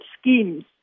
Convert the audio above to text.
schemes